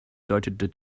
deutet